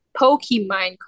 Pokemon